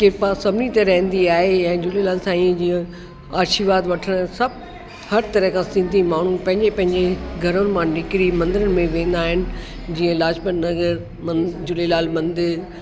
किरपा सभिनी ते रहंदी आहे या झूलेलाल साईं जो आशीर्वाद वठण सभु हर तरह खां सिंधी माण्हू पंहिंजे पंहिंजे घरनि मां निकिरी मंदरनि में वेंदा आहिनि जीअं लाजपत नगर मं झूलेलाल मंदिर